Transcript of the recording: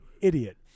idiot